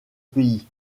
pays